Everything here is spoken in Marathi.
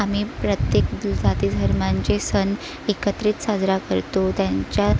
आम्ही प्रत्येक जाती धर्मांचे सण एकत्रित साजरे करतो त्यांच्या